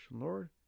Lord